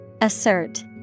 Assert